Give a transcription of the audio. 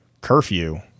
curfew